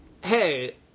Hey